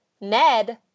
Ned